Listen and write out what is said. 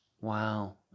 Wow